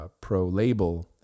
pro-label